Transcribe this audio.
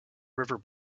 river